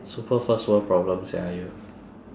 super first world problem sia you